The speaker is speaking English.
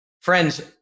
Friends